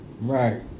Right